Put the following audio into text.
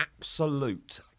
absolute